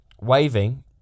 waving